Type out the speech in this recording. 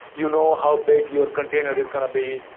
you know how big your container is going to be.